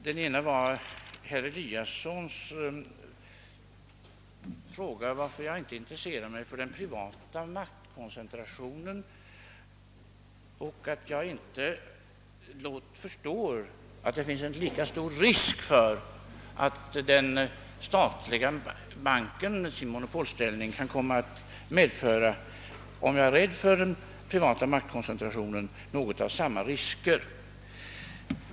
Den ena punkten är herr Eliassons i Sundborn fråga varför jag inte intresserar mig för den privata maktkoncentrationen och varför jag inte förstår att det finns en lika stor risk för att den statliga banken med sin monopolställning kan komma att medföra samma risker som denna privata maktkoncentration, om man nu är rädd för denna.